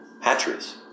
hatcheries